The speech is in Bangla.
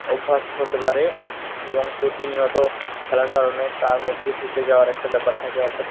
অভ্যাস হতে পারে এবং প্রতিনিয়ত খেলার কারণে তার মদ্যে ঢুকে যাওয়ার একটা ব্যাপার থাকে অর্থাৎ